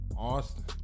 Austin